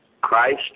Christ